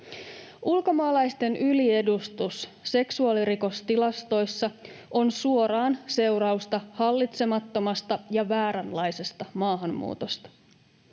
Ulkomaalaisten yliedustus seksuaalirikostilastoissa on suoraan seurausta hallitsemattomasta ja vääränlaisesta maahanmuutosta.